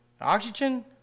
Oxygen